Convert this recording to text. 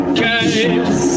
guys